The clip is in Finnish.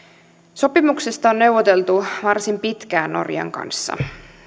sopimuksesta on neuvoteltu varsin pitkään norjan kanssa